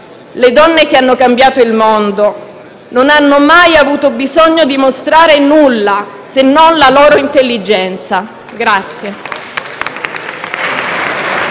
«Le donne che hanno cambiato il mondo non hanno mai avuto bisogno di mostrare nulla, se non la loro intelligenza».